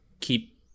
keep